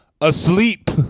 asleep